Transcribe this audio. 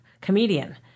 comedian